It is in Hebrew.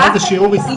מה זה, שיעור ---?